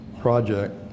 project